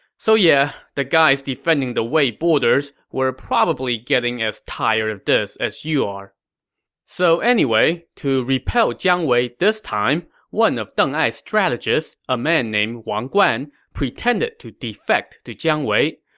so yeah, the guys defending the wei border were probably getting as tired of this as you are so anyway, to repel jiang wei this time, one of deng ai's strategists, a man named wang guan, pretended to defect to jiang wei.